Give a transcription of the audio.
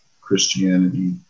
Christianity